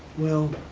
well.